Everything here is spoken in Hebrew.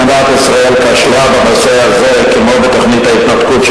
מדינת ישראל כשלה בנושא הזה כמו בתוכנית ההתנתקות,